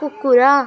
କୁକୁର